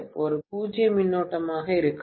அது பூஜ்ஜிய மின்னோட்டமாக இருக்காது